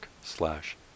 slash